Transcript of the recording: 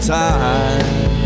time